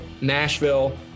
Nashville